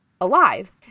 alive